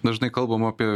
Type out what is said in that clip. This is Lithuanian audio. dažnai kalbam apie